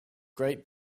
great